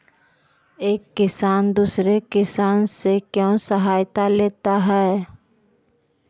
एक किसान दूसरे किसान से क्यों सहायता लेता है?